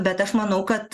bet aš manau kad